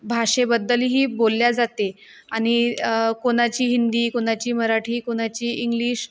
भाषेबद्दलही बोलल्या जाते आणि कोणाची हिंदी कोणाची मराठी कोणाची इंग्लिश